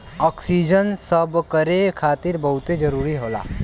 oxygen सभकरे खातिर बहुते जरूरी होला